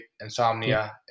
insomnia